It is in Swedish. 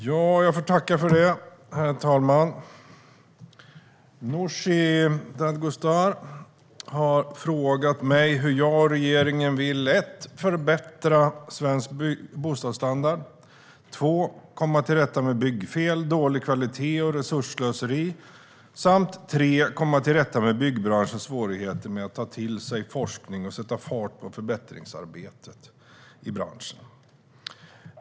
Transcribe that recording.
Herr talman! Nooshi Dadgostar har frågat mig hur jag och regeringen vill förbättra svensk bostadsstandard komma till rätta med byggfel, dålig kvalitet och resursslöseri komma till rätta med byggbranschens svårigheter med att ta till sig forskning och sätta fart på förbättringsarbetet i branschen.